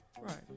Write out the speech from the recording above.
Right